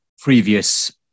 previous